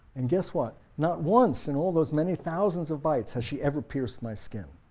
and guess what, not once in all those many thousands of bites has she ever pierced my skin.